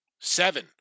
Seven